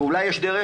ואולי יש דרך,